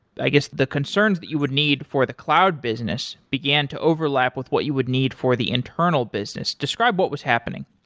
i guess the concerns that you would need for the cloud business began to overlap with what you would need for the internal business. describe what was happening